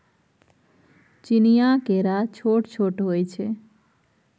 चीनीया केरा छोट छोट होइ छै